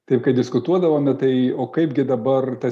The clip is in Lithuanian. taip kad diskutuodavome tai o kaipgi dabar ta